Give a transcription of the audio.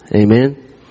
Amen